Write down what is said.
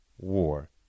war